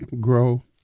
grow